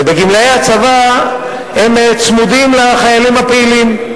גמלאי הצבא צמודים לחיילים הפעילים,